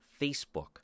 Facebook